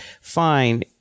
fine